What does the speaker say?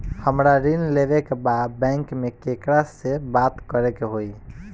हमरा ऋण लेवे के बा बैंक में केकरा से बात करे के होई?